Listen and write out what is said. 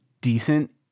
decent